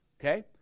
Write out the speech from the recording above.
Okay